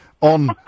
on